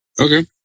Okay